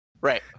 Right